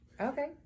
Okay